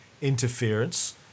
interference